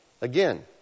Again